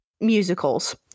musicals